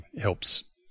helps